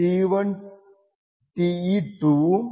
Te2 ഉം Te3 ഉം